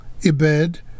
Ibed